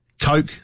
Coke